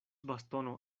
bastono